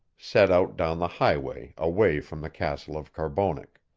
set out down the highway away from the castle of carbonek.